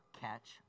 catch